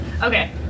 Okay